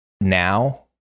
now